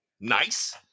Nice